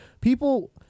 People